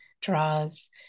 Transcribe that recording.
draws